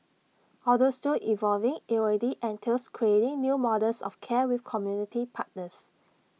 although still evolving IT already entails creating new models of care with community partners